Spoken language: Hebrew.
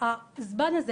בזמן הזה,